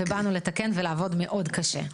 ובאנו לתקן ולעבוד מאוד קשה.